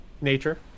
nature